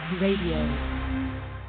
radio